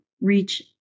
reach